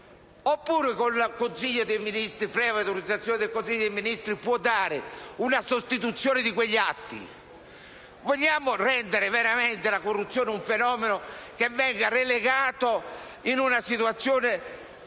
Oppure, previa autorizzazione del Consiglio dei ministri, può dare una sostituzione di quegli atti? Vogliamo rendere veramente la corruzione un fenomeno relegato in una situazione